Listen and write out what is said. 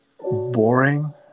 boring